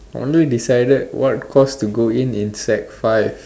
only decided what course to go in in sec five